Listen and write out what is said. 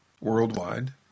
worldwide